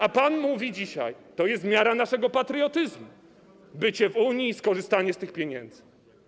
A pan mówi dzisiaj: to jest miara naszego patriotyzmu - bycie w Unii i skorzystanie z tych pieniędzy.